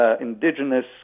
Indigenous